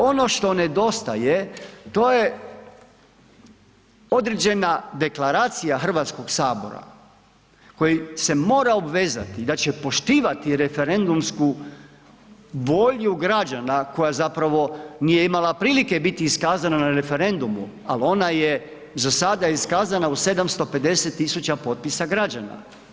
Ono što nedostaje to je određena deklaracija HS koji se mora obvezati da će poštivati referendumsku volju građana koja zapravo nije imala prilike biti iskazana na referendumu, al ona je za sada iskazana u 750 000 potpisa građana.